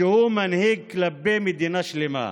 שהוא מנהיג כלפי מדינה שלמה.